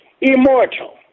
Immortal